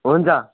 हुन्छ